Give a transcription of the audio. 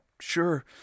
sure